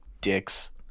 dicks